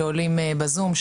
שעולים בזום,